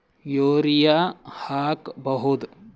Urea ಹಾಕ್ ಬಹುದ?